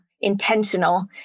intentional